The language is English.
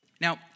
Now